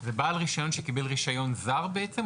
זהו בעל רישיון שקיבל רישיון זר, בעצם?